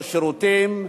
לא שירותים,